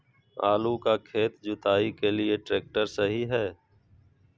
आलू का खेत जुताई के लिए ट्रैक्टर सही है?